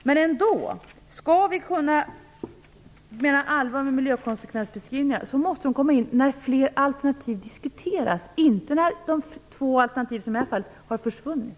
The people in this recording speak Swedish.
Men ändå: Om vi menar allvar med miljökonsekvensbeskrivningar så måste de komma in när fler alternativ diskuteras och inte, som i det här fallet, när två alternativ har försvunnit.